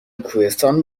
کوهستان